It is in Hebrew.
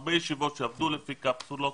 הרבה ישיבות שעבדו לפי קפסולות,